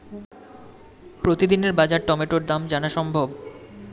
প্রতিদিনের বাজার টমেটোর দাম জানা সম্ভব?